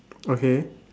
okay